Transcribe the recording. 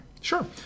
Sure